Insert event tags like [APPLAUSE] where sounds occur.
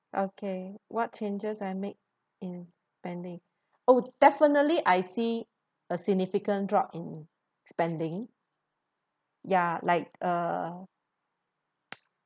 okay what changes I made in spending oh definitely I see a significant drop in spending ya like uh [NOISE]